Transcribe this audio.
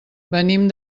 venim